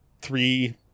three